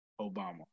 Obama